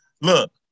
Look